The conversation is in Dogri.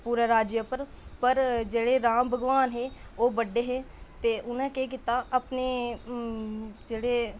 पूरे राज्य उप्पर पर जेह्ड़े भगवान राम हे ओह् बड्डे हे उनें केह् कीता की अपने जेह्ड़े